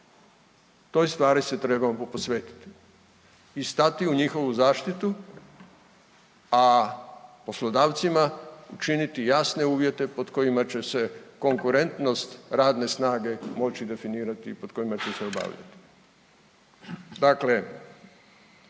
Toj stvari se trebamo posvetiti i stati u njihovu zaštitu, a poslodavcima činiti jasne uvjete pod kojima će se konkurentnost radne snage moći definirati i pod kojima će se obavljati.